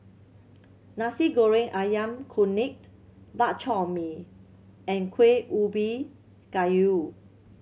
Nasi Goreng Ayam Kunyit Bak Chor Mee and Kueh Ubi Kayu